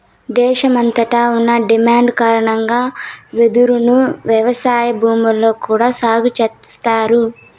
దేశమంతట ఉన్న డిమాండ్ కారణంగా వెదురును వ్యవసాయ భూముల్లో కూడా సాగు చేస్తన్నారు